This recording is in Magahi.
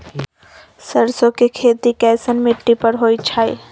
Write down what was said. सरसों के खेती कैसन मिट्टी पर होई छाई?